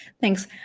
Thanks